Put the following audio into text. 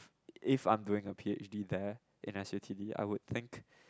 if I'm doing a P_H_D there in s_u_t_d I would think